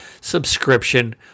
subscription